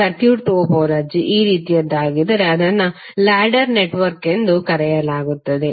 circuit topology ಈ ರೀತಿಯಾಗಿದ್ದರೆ ಅದನ್ನು ಲ್ಯಾಡರ್ ನೆಟ್ವರ್ಕ್ ಎಂದು ಕರೆಯಲಾಗುತ್ತದೆ